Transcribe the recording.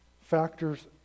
factors